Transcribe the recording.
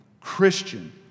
Christian